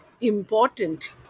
important